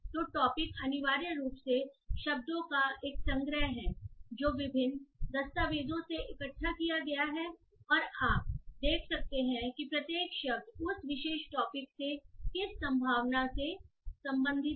तो टॉपिक अनिवार्य रूप से शब्दों का एक संग्रह है जो विभिन्न दस्तावेजों से इकट्ठा किया गया है और आप देख सकते हैं कि प्रत्येक शब्द उस विशेष टॉपिक से किस संभावना से संबंधित है